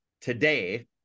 today